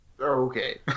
Okay